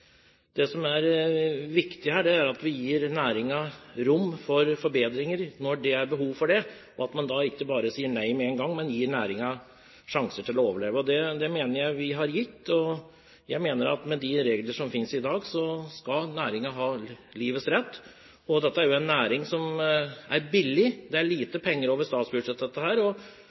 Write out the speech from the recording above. som er viktig, er at vi gir næringen rom for forbedringer når det er behov for det – at man ikke bare sier nei med en gang, men gir næringen en sjanse til å overleve. Det mener jeg vi har gitt, og jeg mener at med de reglene som finnes i dag, skal næringen ha livets rett. Dette er en næring som er billig. Det går lite penger over statsbudsjettet. Norge er anerkjent for kanskje verdens beste produkter på markedet. Og